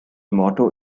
motto